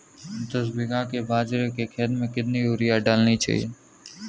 दस बीघा के बाजरे के खेत में कितनी यूरिया डालनी चाहिए?